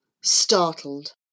startled